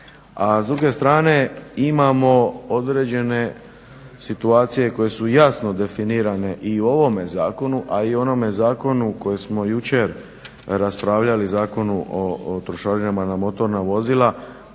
s druge strane imamo određene situacije koje su jasno definirane i u ovome zakonu a i onome zakonu koji smo jučer raspravljali Zakonu o trošarinama na motorna vozila,